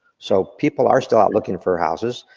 so people are still out looking for houses,